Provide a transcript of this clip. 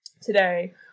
today